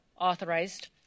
authorized